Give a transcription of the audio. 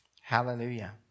Hallelujah